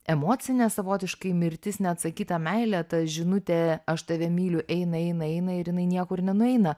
emocinė savotiškai mirtis neatsakyta meilė ta žinutė aš tave myliu eina eina eina ir jinai niekur nenueina